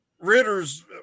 Ritter's